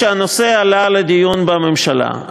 ולכן כשהנושא עלה לדיון בממשלה,